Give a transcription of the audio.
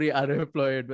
unemployed